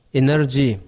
energy